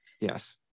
Yes